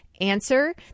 answer